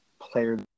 player